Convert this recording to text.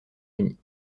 unis